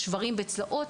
שברים בצלעות.